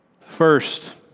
First